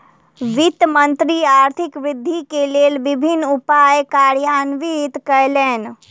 वित्त मंत्री आर्थिक वृद्धि के लेल विभिन्न उपाय कार्यान्वित कयलैन